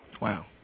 Wow